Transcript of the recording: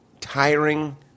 tiring